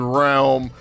realm